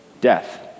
death